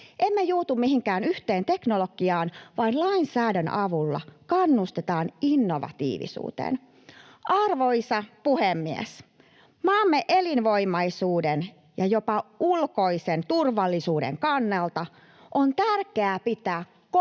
Emme juutu tiettyihin teknologioihin, vaan lainsäädännön avulla kannustetaan innovatiivisuuteen. Arvoisa puhemies! Maamme elinvoimaisuuden ja jopa ulkoisen turvallisuuden kannalta on tärkeää pitää koko